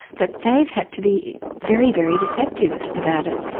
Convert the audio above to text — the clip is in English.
that they've had to be very, very deceptive about it,